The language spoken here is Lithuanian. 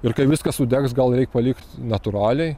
ir kai viskas sudegs gal reik palikt natūraliai